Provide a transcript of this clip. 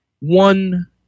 one